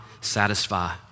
satisfy